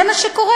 זה מה שקורה.